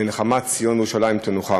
בנחמת ציון וירושלים תנוחם.